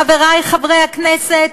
חברי חברי הכנסת?